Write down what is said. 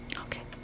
Okay